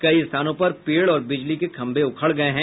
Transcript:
कई स्थानों पर पेड़ और बिजली के खंभे उखड़ गये हैं